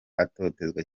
atotezwa